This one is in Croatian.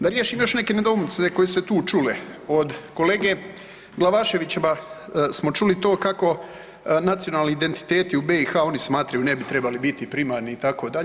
Da riješim još neke nedoumice koje su se tu čule od kolege Glavaševića smo čuli to kako nacionalni identiteti u BiH oni smatraju ne bi trebali biti primarni itd.